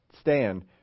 stand